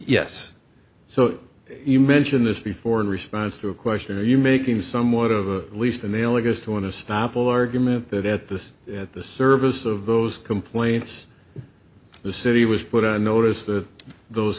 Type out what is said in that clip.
yes so you mentioned this before in response to a question are you making somewhat of a lease and they only just want to stop all argument that at this at the service of those complaints the city was put on notice that those